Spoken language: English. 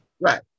Right